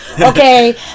okay